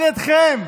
על ידיכם,